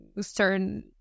certain